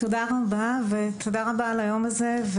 תודה רבה על היום הזה.